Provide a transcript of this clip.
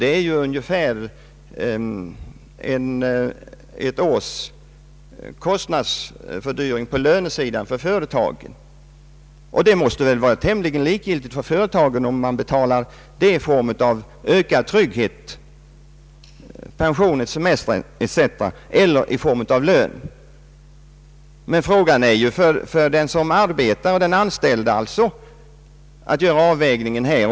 Det är i stort sett ett års kostnadsökning på lönesidan för företagen. Det måste väl vara tämligen likgiltigt för företagen om man betalar detta i form av ökad trygghet — pension, semester etc. — eller i form av lön. Men det gäller ju för den anställde att göra avvägningen här.